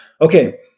okay